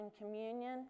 Communion